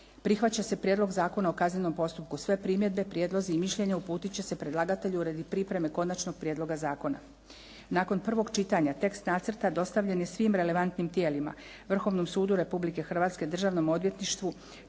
«Prihvaća se Prijedlog zakona o kaznenom postupku». Sve primjedbe, prijedlozi i mišljenja uputit će se predlagatelju radi pripreme Konačnog prijedloga zakona. Nakon prvog čitanja tekst nacrta dostavljen je svim relevantnim tijelima, Vrhovnom sudu Republike Hrvatske, Državnom odvjetništvu.